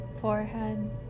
forehead